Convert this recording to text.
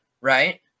right